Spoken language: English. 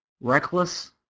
reckless